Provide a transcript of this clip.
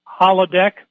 holodeck